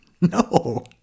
no